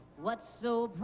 what so